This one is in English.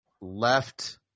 left